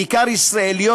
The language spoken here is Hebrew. בעיקר ישראליות,